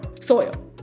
soil